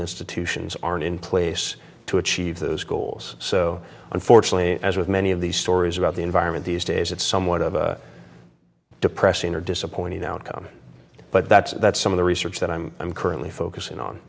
institutions aren't in place to achieve those goals so unfortunately as with many of these stories about the environment these days it's somewhat of a depressing or disappointing outcome but that's that's some of the research that i'm i'm currently focusing on